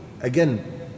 Again